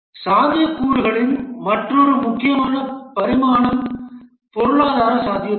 சாத்தியக்கூறுகளின் மற்றொரு முக்கியமான பரிமாணம் பொருளாதார சாத்தியக்கூறு